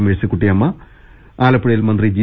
Mercy Kuttiyamma ആലപ്പുഴയിൽ മന്ത്രി G